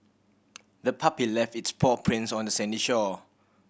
the puppy left its paw prints on the sandy shore